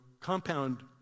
compound